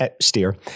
steer